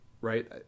right